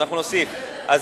אנחנו נוסיף.